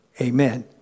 Amen